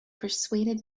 persuaded